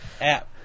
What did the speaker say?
app